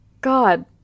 god